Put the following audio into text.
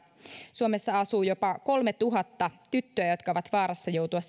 suomessa asuu jopa kolmetuhatta tyttöä jotka ovat vaarassa joutua